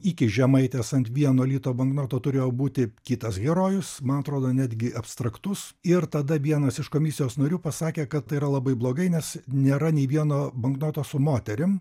iki žemaitės ant vieno lito banknoto turėjo būti kitas herojus man atrodo netgi abstraktus ir tada vienas iš komisijos narių pasakė kad tai yra labai blogai nes nėra nei vieno banknoto su moterim